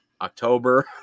October